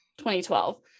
2012